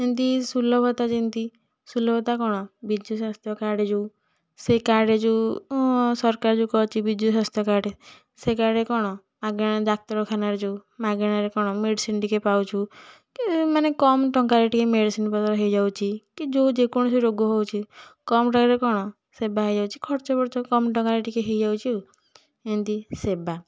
ଯେମିତି ସୁଲଭତା ଯେମିତି ସୁଲଭତା କ'ଣ ବିଜୁସ୍ୱାସ୍ଥ୍ୟ କାର୍ଡ଼ ଯେଉଁ ସେ କାର୍ଡ଼ରେ ଯେଉଁ ସରକାର ଯେଉଁ କରିଛି ବିଜୁସ୍ୱାସ୍ଥ୍ୟ କାର୍ଡ଼ ସେ କାର୍ଡ଼ରେ କ'ଣ ମାଗଣା ଡାକ୍ତରଖାନାରେ ଯେଉଁ ମାଗଣା କ'ଣ ମେଡ଼ିସିନ୍ ଟିକିଏ ପାଉଛୁ କି ମାନେ କମ୍ ଟଙ୍କାରେ ଟିକିଏ ମେଡ଼ିସିନ୍ ପତ୍ର ହେଇଯାଉଛି କି ଯେଉଁ ଯେ କୌଣସି ରୋଗ ହେଉଛି କମ୍ ଟଙ୍କାରେ କ'ଣ ସେବା ହେଇଯାଉଛି ଖର୍ଚ୍ଚବାର୍ଚ୍ଚ କମ୍ ଟଙ୍କାରେ ଟିକିଏ ହେଇଯାଉଛି ଆଉ ଏମିତି ସେବା